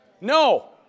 No